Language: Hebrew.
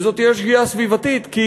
וזאת תהיה שגיאה סביבתית, כי